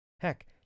Heck